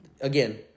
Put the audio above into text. Again